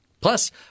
Plus